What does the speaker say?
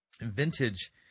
vintage